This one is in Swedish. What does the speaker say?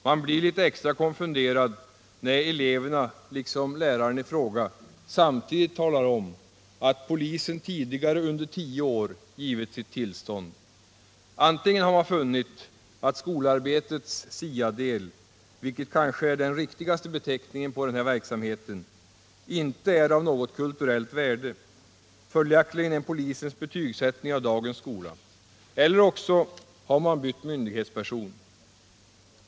Man blir litet extra konfunderad när eleverna, liksom läraren, samtidigt talar om att polisen tidigare under tio år givit sitt tillstånd. Antingen har polisen funnit att skolarbetets SIA del — vilket kanske är den riktigaste beteckningen på denna verksamhet — inte är av något kulturellt värde, följaktligen en polisens betygsättning av dagens skola, eller också har man bytt myndighetsperson.